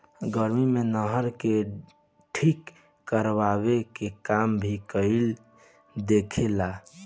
गर्मी मे नहर के ठीक करवाए के काम भी इहे देखे ला